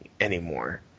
anymore